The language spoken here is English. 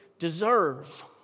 Deserve